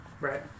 Right